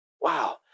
Wow